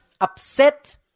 upset